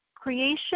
creation